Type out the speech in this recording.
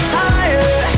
higher